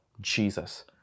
Jesus